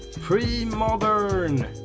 pre-modern